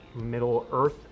Middle-earth